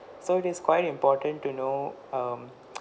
so it is quite important to know um